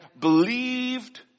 believed